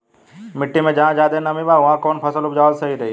मिट्टी मे जहा जादे नमी बा उहवा कौन फसल उपजावल सही रही?